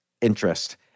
interest